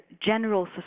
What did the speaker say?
general